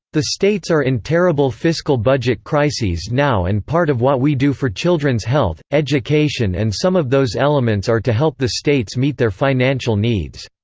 the states are in terrible fiscal budget crises now and part of what we do for children's health, education and some of those elements are to help the states meet their financial needs.